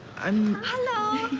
i'm hello.